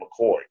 McCoy